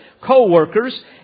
co-workers